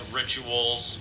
rituals